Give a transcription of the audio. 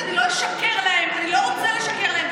אני לא אשקר להם, אני לא רוצה לשקר להם.